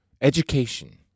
education